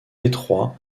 étroit